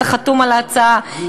אתה חתום על ההצעה,